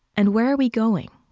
and where are we going?